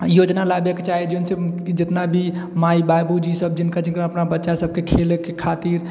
योजना लाबएके चाही जिनसे जितना भी माइ बाबूजी सब जिनका जिनका अपना बच्चा सबके खेलएके खातिर